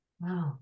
Wow